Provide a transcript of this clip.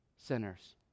sinners